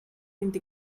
vint